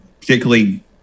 particularly